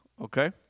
Okay